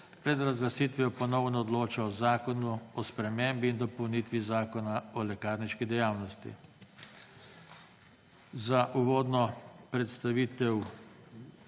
pred razglasitvijo ponovno odloča o Zakonu o spremembi in dopolnitvi Zakona o lekarniški dejavnosti.